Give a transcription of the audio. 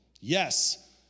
Yes